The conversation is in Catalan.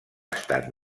estat